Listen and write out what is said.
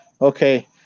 Okay